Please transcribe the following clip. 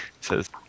says